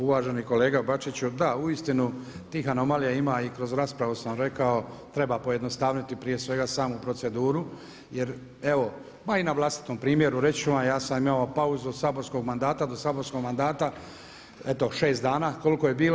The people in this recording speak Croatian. Uvaženi kolega Bačiću da uistinu tih anomalija ima i kroz raspravu sam rekao treba pojednostaviti prije svega samu proceduru jer evo ma i na vlastitom primjeru reći ću vam, ja sam imamo pauzu od saborskog mandata do saborskog mandata eto 6 dana koliko je bilo.